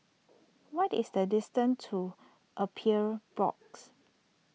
what is the distance to Appeals Board